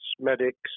medics